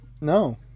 No